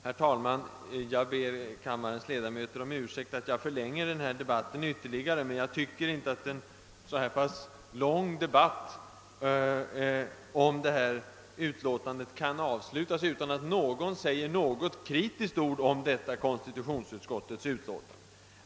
Herr talman! Jag ber kammarens ledamöter om ursäkt för att jag förlänger denna debatt ytterligare, men jag tycker inte att en så pass lång debatt om det föreliggande utlåtandet kan avslutas utan att någon säger något kritiskt om detta utlåtande från konstitutionsutskottet.